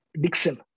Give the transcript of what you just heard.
Dixon